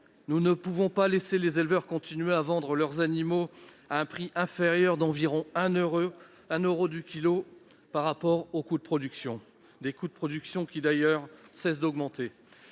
Nous ne pouvons pas laisser les éleveurs continuer de vendre leurs animaux à un prix inférieur d'environ un euro du kilogramme à leur coût de production, un coût de production qui ne cesse d'ailleurs